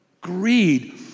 Greed